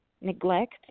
neglect